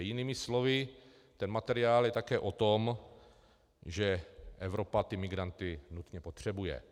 Jinými slovy, ten materiál je také o tom, že Evropa ty migranty nutně potřebuje.